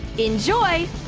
enjoy!